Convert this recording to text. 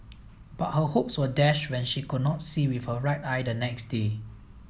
but her hopes were dashed when she could not see with her right eye the next day